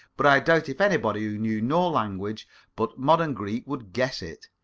but i doubt if anybody who knew no language but modern greek would guess it.